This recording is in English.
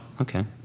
Okay